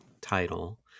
title